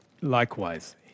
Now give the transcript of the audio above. Likewise